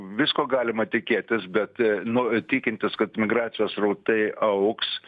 visko galima tikėtis bet nu tikintis kad migracijos srautai augs